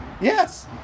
Yes